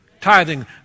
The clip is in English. Tithing